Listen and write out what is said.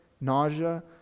nausea